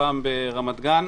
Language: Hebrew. הפעם ברמת גן,